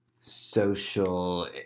social